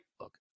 look